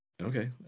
Okay